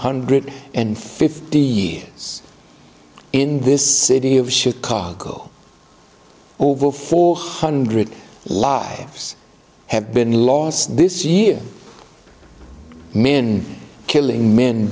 hundred and fifty in this city of chicago over four hundred lives have been lost this year min killing men